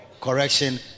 correction